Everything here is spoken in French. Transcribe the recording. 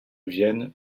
vienne